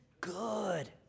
good